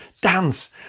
Dance